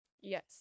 yes